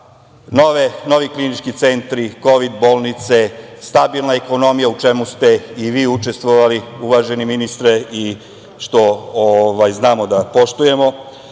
novi klinički centri, kovid bolnice, stabilna ekonomija, u čemu ste i vi učestvovali, uvaženi ministre, i što znamo da poštujemo. Tako